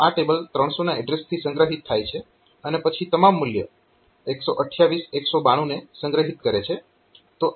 તો આ ટેબલ 300 ના એડ્રેસથી સંગ્રહિત થાય છે અને પછી તમામ મૂલ્ય 128 192 ને સંગ્રહિત કરે છે